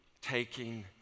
taking